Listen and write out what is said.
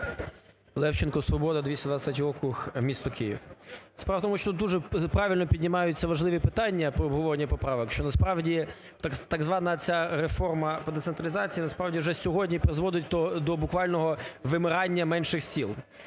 Левченко, "Свобода", 223 округ, місто Київ. Справа в тому, що тут дуже правильно піднімаються важливі питання при обговоренні поправок, що, насправді, так звана ця реформа по децентралізації, насправді, вже сьогодні призводить до буквального вимирання менших сіл.